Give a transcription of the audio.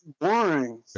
boring